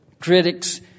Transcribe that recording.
critics